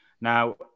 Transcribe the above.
Now